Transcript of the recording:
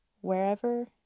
wherever